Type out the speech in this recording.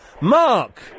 Mark